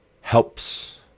helps